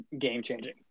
game-changing